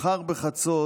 מחר בחצות